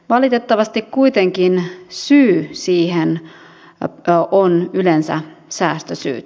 valitettavasti kuitenkin syy siihen on yleensä säästösyyt